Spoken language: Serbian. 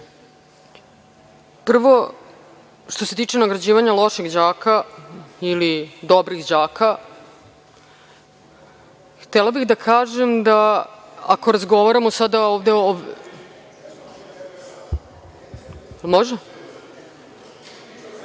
Prvo, što se tiče nagrađivanja loših đaka ili dobrih đaka, htela bih da kažem, ako razgovaramo sada ovde… Dakle,